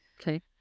Okay